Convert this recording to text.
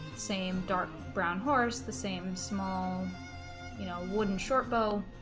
same dark brown horse the same small you know wooden short bow